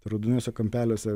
raudonuose kampeliuose